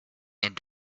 and